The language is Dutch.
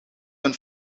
een